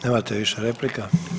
Nemate više replika.